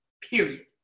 period